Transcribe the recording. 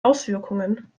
auswirkungen